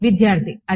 విద్యార్థి అది